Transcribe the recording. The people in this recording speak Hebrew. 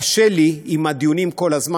קשה לי עם הדיונים כל הזמן,